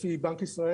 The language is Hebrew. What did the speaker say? לפי בנק ישראל,